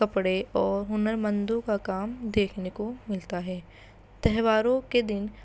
کپڑے اور ہنرمندوں کا کام دیکھنے کو ملتا ہے تہواروں کے دن